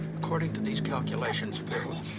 according to these calculations.